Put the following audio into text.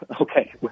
okay